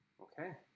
Okay